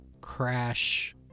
crash